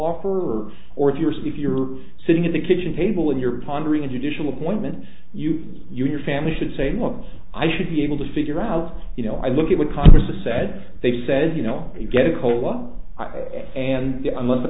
offer or if you're so if you're sitting at kitchen table and you're pondering a judicial appointment you and your family should say once i should be able to figure out you know i look at what congress has said they said you know if you get a cola and unless the